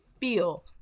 feel